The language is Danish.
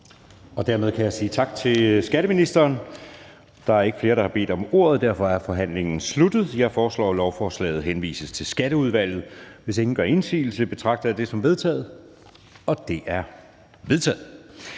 Dermed kan jeg sige tak til skatteministeren. Der er ikke flere, der har bedt om ordet, og derfor er forhandlingen sluttet. Jeg foreslår, at lovforslaget henvises til Skatteudvalget. Hvis ingen gør indsigelse, betragter jeg det som vedtaget. Det er vedtaget.